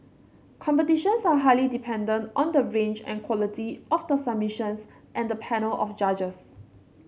competitions are highly dependent on the range and quality of the submissions and the panel of judges